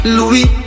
Louis